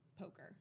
poker